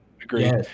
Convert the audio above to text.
Agreed